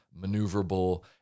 maneuverable